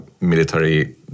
military